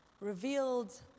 Revealed